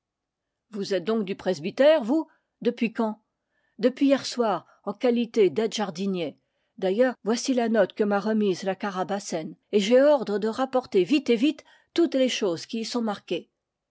vous êtes donc du presbytère vous depuis quand depuis hier soir en qualité daide jardinier d'ail leurs voici la note que m'a remise la carabassen et j'ai ordre de rapporter vite et vite toutes les choses qui y sont mar